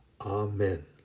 Amen